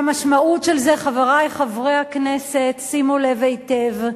והמשמעות של זה, חברי חברי הכנסת, שימו לב היטב,